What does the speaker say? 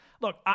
Look